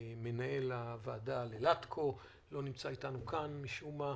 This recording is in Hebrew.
למנהל הוועדה, לטקו, שלא נמצא איתנו כאן משום מה,